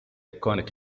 iconic